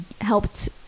helped